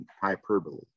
hyperbole